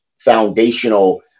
foundational